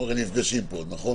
אנחנו הרי נפגשים פה עוד, נכון?